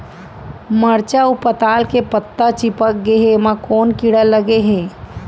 मरचा अऊ पताल के पत्ता चिपक गे हे, एमा कोन कीड़ा लगे है?